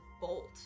bolt